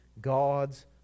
God's